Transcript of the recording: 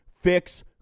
fix